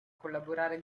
collaborare